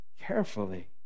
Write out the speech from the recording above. carefully